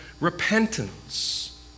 repentance